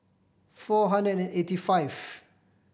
four hundred and eighty five